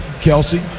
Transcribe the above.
Kelsey